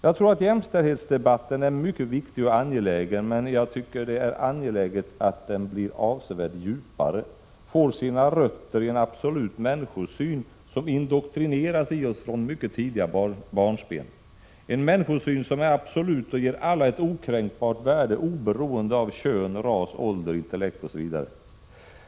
Jag tror att jämställdhetsdebatten är mycket viktig och angelägen, men den måste bli avsevärt djupare, få sina rötter i en människosyn som indoktrineras i oss redan från barnsben, en människosyn som är absolut och ger alla ett okränkbart värde oberoende av kön, ras, ålder, intellekt osv.